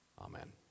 Amen